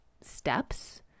steps